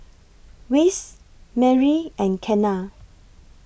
Wess Merri and Kenna